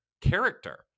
character